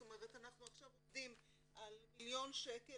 זאת אומרת שאנחנו עכשיו עובדים על מיליון שקל